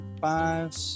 five